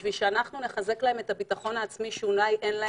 בשביל שאנחנו נחזק להם את הביטחון העצמי שאולי אין להם,